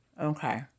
okay